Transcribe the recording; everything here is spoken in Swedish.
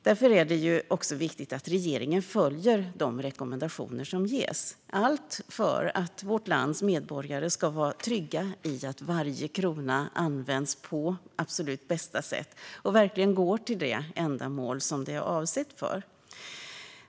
Därför är det också viktigt att regeringen följer de rekommendationer som ges - allt för att landets medborgare ska vara trygga i att varje krona används på absolut bästa sätt och verkligen går till det ändamål den är avsedd för.